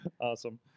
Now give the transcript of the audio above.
Awesome